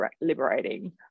liberating